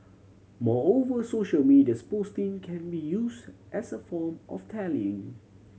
moreover social media can be used as a form of tallying